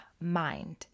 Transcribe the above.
mind